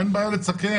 אין בעיה לתקן.